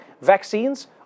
vaccines